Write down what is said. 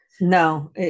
No